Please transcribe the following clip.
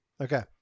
Okay